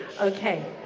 Okay